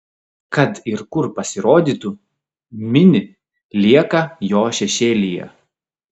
kad ir kur pasirodytų mini lieka jo šešėlyje